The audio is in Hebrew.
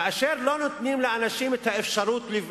כאשר לא נותנים לאנשים לבנות,